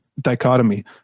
dichotomy